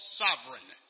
sovereign